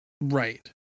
right